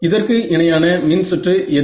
இதற்கு இணையான மின்சுற்று எது